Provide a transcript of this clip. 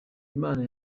imana